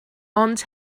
ond